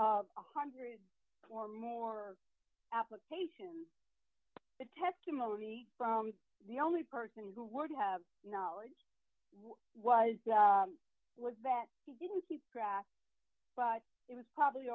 one hundred or more applications but testimony from the only person who would have knowledge was was that he didn't keep track but it was probably